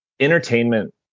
Entertainment